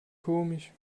komisch